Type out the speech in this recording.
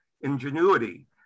Ingenuity